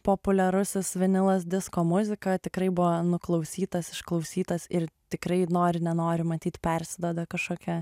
populiarusis vinilas disko muzika tikrai buvo nuklausytas išklausytas ir tikrai nori nenori matyt persiduoda kažkokie